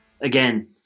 again